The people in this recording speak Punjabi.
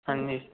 ਹਾਂਜੀ